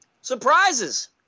surprises